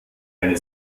eine